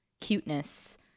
cuteness